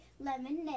lemonade